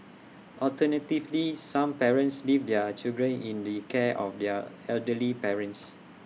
alternatively some parents leave their children in the care of their elderly parents